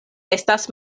estas